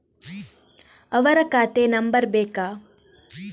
ಅವರ ಖಾತೆ ನಂಬರ್ ಬೇಕಾ?